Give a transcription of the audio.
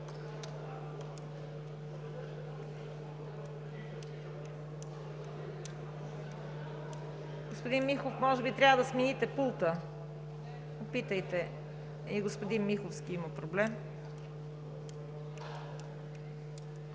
Господин Михов, може би трябва да смените пулта. И господин Миховски има проблем…